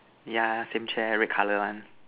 yeah same chair red colour one